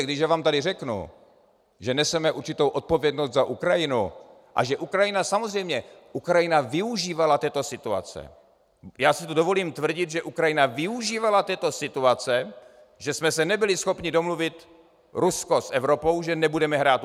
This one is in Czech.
Když vám tady řeknu, že neseme určitou odpovědnost za Ukrajinu a že Ukrajina samozřejmě využívala této situace já si tu dovolím tvrdit, že Ukrajina využívala této situace, že jsme se nebyli schopni domluvit Rusko s Evropou, že nebudeme tuto hru hrát.